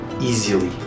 Easily